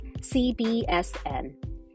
CBSN